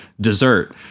dessert